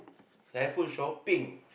Saiful shopping